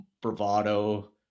bravado